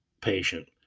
patient